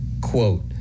Quote